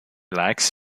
likes